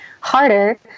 harder